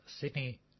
Sydney